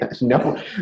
No